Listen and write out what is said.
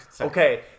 Okay